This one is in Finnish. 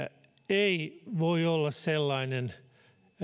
ei voi olla sellainen